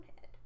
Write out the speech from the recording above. head